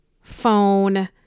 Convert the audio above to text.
phone